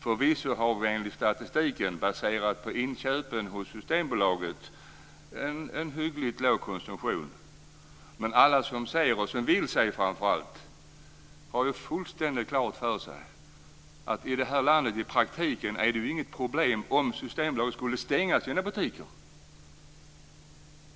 Förvisso har vi enligt statistiken, baserad på inköpen hos Systembolaget, en hyggligt låg konsumtion. Men alla som vill se det har ju fullständigt klart för sig att i det här landet är det i praktiken inte något problem om Systembolaget skulle stänga sina butiker.